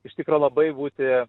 iš tikro labai būti